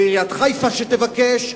ועיריית חיפה תבקש,